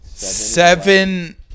Seven